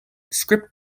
script